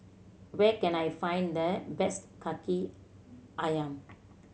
where can I find the best Kaki Ayam